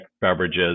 beverages